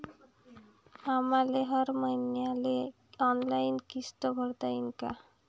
आम्हाले हर मईन्याले ऑनलाईन किस्त भरता येईन का?